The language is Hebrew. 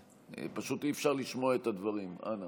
פשוט אי-אפשר לשמוע את הדברים, אנא.